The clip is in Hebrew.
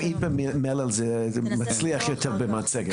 זה מצליח יותר במצגת.